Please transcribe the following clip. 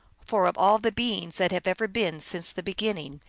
for of all the beings that have ever been since the beginning,